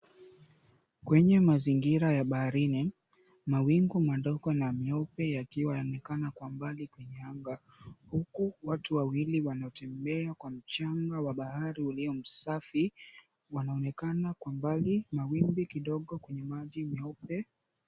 Kwenye mazingira ya baharini, mawingu madogo na meupe yakiwa yaonekana kwa mbali kwenye anga. Huku watu wawili wanaotembea kwa mchanga wa bahari ulio msafi wanaonekana kwa mbali. Mawimbi kidogo kwenye maji meupe.